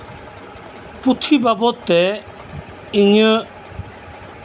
ᱯᱩᱛᱷᱤ ᱵᱟᱵᱚᱫᱛᱮ ᱤᱧᱟᱹᱜ